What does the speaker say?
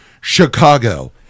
Chicago